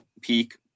peak